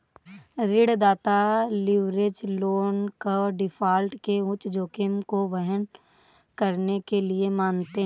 ऋणदाता leverage loan को default के उच्च जोखिम को वहन करने के लिए मानते हैं